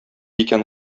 икән